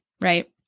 right